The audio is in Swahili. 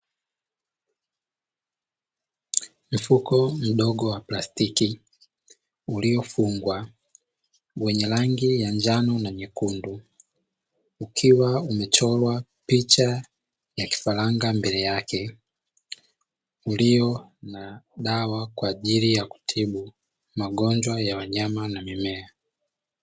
Mfuko mdogo wa plastiki uliyofungwa wenye rangi ya njano na nyekundu ikiwa imechorwa picha ya kifaranga mbele yake, iliyo na dawa kwa ajili ya kutibu magonjwa ya wanyama na mimea.